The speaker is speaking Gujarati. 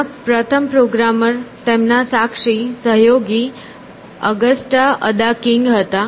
તેના પ્રથમ પ્રોગ્રામર તેમના સાથી સહયોગી અગસ્ટા અદા કિંગ હતા